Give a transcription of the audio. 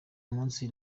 munsi